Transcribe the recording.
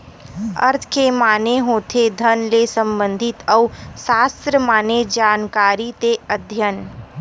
अर्थ के माने होथे धन ले संबंधित अउ सास्त्र माने जानकारी ते अध्ययन